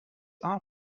are